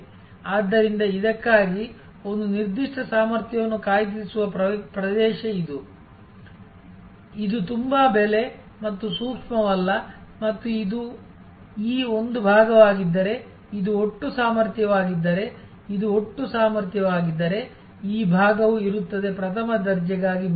ಆದ್ದರಿಂದ ಇದಕ್ಕಾಗಿ ಒಂದು ನಿರ್ದಿಷ್ಟ ಸಾಮರ್ಥ್ಯವನ್ನು ಕಾಯ್ದಿರಿಸುವ ಪ್ರದೇಶ ಇದು ಇದು ತುಂಬಾ ಬೆಲೆ ಮತ್ತು ಸೂಕ್ಷ್ಮವಲ್ಲ ಮತ್ತು ಇದು ಈ ಒಂದು ಭಾಗವಾಗಿದ್ದರೆ ಇದು ಒಟ್ಟು ಸಾಮರ್ಥ್ಯವಾಗಿದ್ದರೆ ಇದು ಒಟ್ಟು ಸಾಮರ್ಥ್ಯವಾಗಿದ್ದರೆ ಈ ಭಾಗವು ಇರುತ್ತದೆ ಪ್ರಥಮ ದರ್ಜೆಗಾಗಿ ಮೀಸಲು